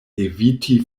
eviti